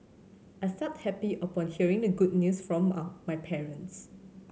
I felt happy upon hearing the good news from my parents